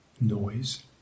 noise